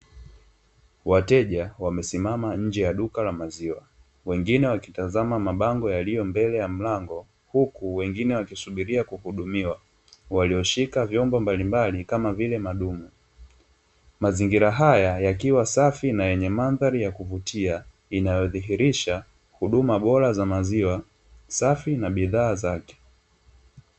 Wateja wamesimama nje ya duka la maziwa, wengine wakitazama mabango yaliyo mbele ya mlango, huku wengine wakisubiria kuhudumiwa, walioshika vyombo mbalimbali kama vile madumu. Mazingira haya yakiwa safi na yenye mandhari ya kuvutia, inayodhihirisha huduma bora za maziwa safi na bidhaa zake.